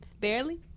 Barely